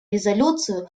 резолюцию